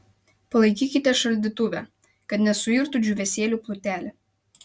palaikykite šaldytuve kad nesuirtų džiūvėsėlių plutelė